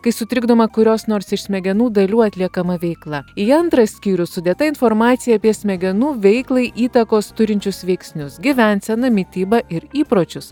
kai sutrikdoma kurios nors iš smegenų dalių atliekama veikla į antrą skyrių sudėta informacija apie smegenų veiklai įtakos turinčius veiksnius gyvenseną mitybą ir įpročius